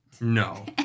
No